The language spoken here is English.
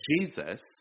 Jesus